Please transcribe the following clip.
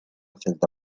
celda